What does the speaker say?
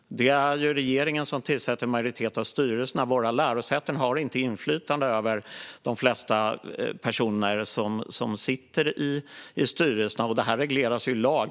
Det är regeringen som tillsätter en majoritet av styrelserna. Våra lärosäten har inte inflytande över de flesta personer som sitter i styrelserna. Och det här regleras i lag.